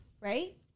Right